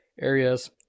areas